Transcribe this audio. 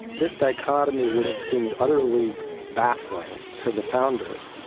this dichotomy would have seemed utterly baffling to the founders.